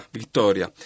Vittoria